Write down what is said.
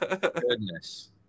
Goodness